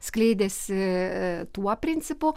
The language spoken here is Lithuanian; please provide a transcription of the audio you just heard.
skleidėsi tuo principu